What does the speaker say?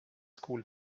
school